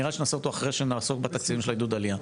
נראה לי שנעשה אותו אחרי שנעסוק בתקציבים של עידוד העלייה.